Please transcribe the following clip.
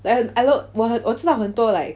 我知道很多 like